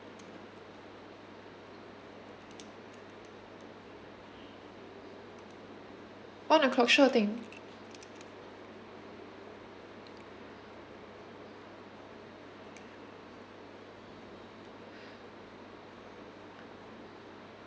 one o'clock sure thing